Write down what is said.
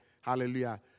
Hallelujah